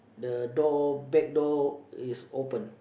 the door back door is open